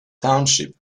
township